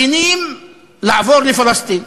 למפגינים לעבור לפלסטין.